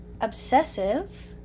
obsessive